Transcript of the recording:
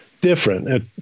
different